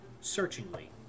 searchingly